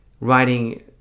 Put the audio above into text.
writing